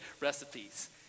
recipes